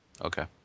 Okay